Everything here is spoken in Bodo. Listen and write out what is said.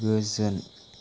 गोजोन